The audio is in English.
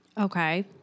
Okay